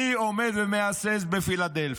מי עומד ומהסס בפילדלפי?